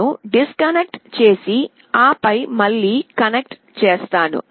నేను డిస్కనెక్ట్ చేసి ఆపై మళ్లీ కనెక్ట్ చేస్తాను